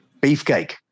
Beefcake